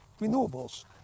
Renewables